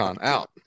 out